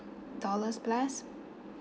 dollars plus